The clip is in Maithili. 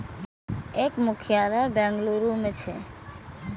एकर मुख्यालय बेंगलुरू मे छै